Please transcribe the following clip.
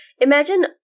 Imagine